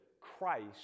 Christ